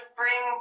bring